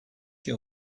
your